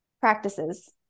practices